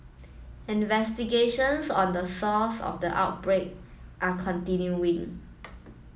investigations on the source of the outbreak are continuing